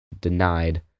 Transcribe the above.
denied